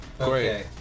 Okay